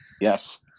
Yes